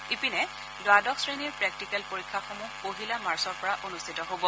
ইপিনে দ্বাদশ শ্ৰেণীৰ প্ৰেকটিকেল পৰীক্ষাসমূহ পহিলা মাৰ্চৰ পৰা অনুষ্ঠিত হ'ব